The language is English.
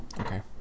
Okay